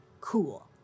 Cool